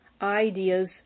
ideas